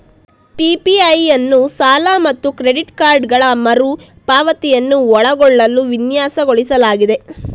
PPI ಅನ್ನು ಸಾಲ ಮತ್ತು ಕ್ರೆಡಿಟ್ ಕಾರ್ಡುಗಳ ಮರು ಪಾವತಿಯನ್ನು ಒಳಗೊಳ್ಳಲು ವಿನ್ಯಾಸಗೊಳಿಸಲಾಗಿದೆ